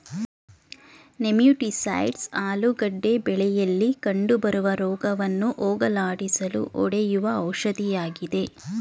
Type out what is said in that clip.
nematicides ಆಲೂಗೆಡ್ಡೆ ಬೆಳೆಯಲಿ ಕಂಡುಬರುವ ರೋಗವನ್ನು ಹೋಗಲಾಡಿಸಲು ಹೊಡೆಯುವ ಔಷಧಿಯಾಗಿದೆ